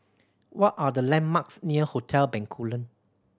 what are the landmarks near Hotel Bencoolen